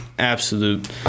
Absolute